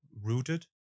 rooted